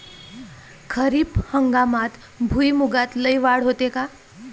खरीप हंगामात भुईमूगात लई वाढ होते का?